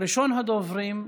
ראשון הדוברים,